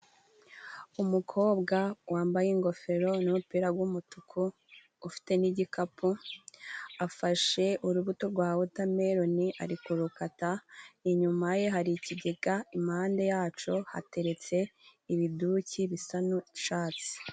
Umukobwa wambaye ingofero n’umupira g’umutuku, ufite n’igikapu, afashe urubuto rwa wota meroni ari kururukata. Inyuma ye, hari ikigega, impande yaco hateretse ibiduki bisa n’icatsi.